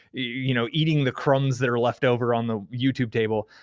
you know, eating the crumbs that are left over on the youtube table.